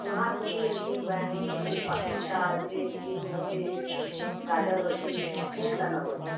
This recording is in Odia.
ବନ୍ଧାକୋବି ଅଛେ ବାଇଗନ୍ ଅଛେ ପାତର୍ଘଣ୍ଟା ଅଛେ ବିନ୍ ଅଛେ ଗାଜର୍ ଅଛେ କେନ୍ତା ନବ ଯେ